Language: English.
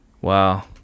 Wow